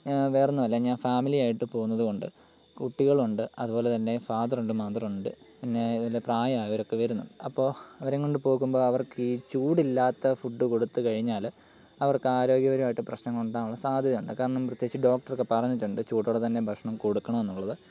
വേറെയൊന്നുമല്ല ഞാൻ ഫാമിലി ആയിട്ട് പോകുന്നതുകൊണ്ട് കുട്ടികളുണ്ട് അതുപോലെ തന്നെ ഫാദർ ഉണ്ട് മദർ ഉണ്ട് പിന്നെ അതുപോലെ പ്രായമായവരൊക്കെ വരുന്നുണ്ട് അപ്പോൾ അവരേയും കൊണ്ട് പോകുമ്പോൾ അവർക്ക് ഈ ചൂടില്ലാത്ത ഫുഡ് കൊടുത്തുകഴിഞ്ഞാൽ അവർക്ക് ആരോഗ്യപരമായിട്ട് പ്രശ്നങ്ങൾ ഉണ്ടാക്കാനുള്ള സാധ്യത ഉണ്ട് കാരണം പ്രത്യേകിച്ച് ഡോക്ടറൊക്കെ പറഞ്ഞിട്ടുണ്ട് ചൂടോടെ തന്നെ ഭക്ഷണം കൊടുക്കണം എന്നുള്ളത്